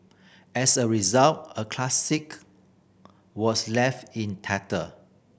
as a result a classic was left in tatter